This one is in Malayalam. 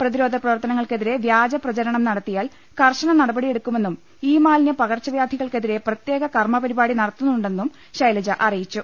പ്രതിരോധ പ്രവർത്തനങ്ങൾക്കെതിരെ വ്യാജ പ്രചരണം നടത്തിയാൽ കർശന നടപടിയെ ടുക്കുമെന്നും ഇ മാലിന്യ പകർച്ച വ്യാധികൾക്കെതിരെ പ്രത്യേക കർമ്മ പരിപാടി നടത്തു ന്നുണ്ടെന്നും ശൈലജ അറിയിച്ചു